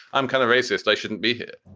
i'm kind of racist. i shouldn't be here